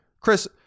Chris